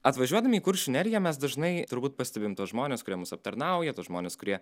atvažiuodami į kuršių neriją mes dažnai turbūt pastebim tuos žmones kurie mus aptarnauja tuos žmones kurie